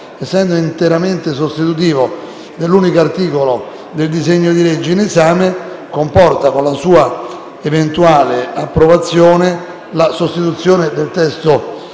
essendo interamente sostitutivo dell'unico articolo del disegno di legge in esame, comporta, con la sua eventuale approvazione, la sostituzione del testo